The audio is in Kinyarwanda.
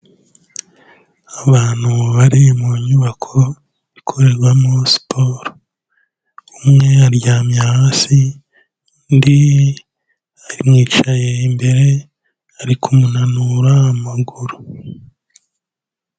Abantu bari mu nyubako ikorerwamo siporo, umwe aryamye hasi, undi amwicaye imbere ari kumunanura amaguru.